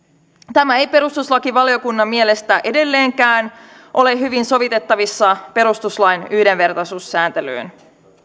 tämä ei perustuslakivaliokunnan mielestä edelleenkään ole hyvin sovitettavissa perustuslain yhdenvertaisuussääntelyyn